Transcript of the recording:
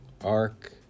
ark